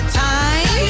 time